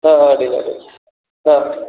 ಹಾಂ ಅಡ್ಡಿಯಿಲ್ಲ ಅಡ್ಡಿಯಿಲ್ಲ ಹಾಂ